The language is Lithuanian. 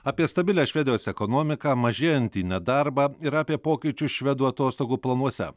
apie stabilią švedijos ekonomiką mažėjantį nedarbą ir apie pokyčius švedų atostogų planuose